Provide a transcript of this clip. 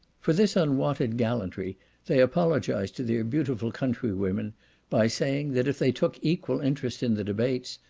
for this unwonted gallantry they apologized to their beautiful countrywomen by saying, that if they took equal interest in the debates,